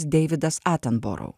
deividas atenborou